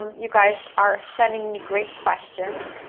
you guys are sending me great questions.